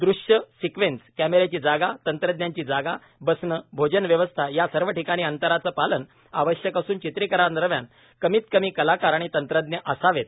ृश्य sequence कॅमेराची जागा तंत्रज्ञांची जागा बसणे भोजन व्यवस्था या सर्व ठिकाणी अंतराचे पालन आवश्यक असून चित्रिकरणादरम्यान कमीतकमी कलाकार आणि तंत्रज्ञ असावेत